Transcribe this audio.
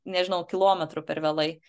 nežinau kilometru per vėlai